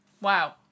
Wow